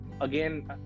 Again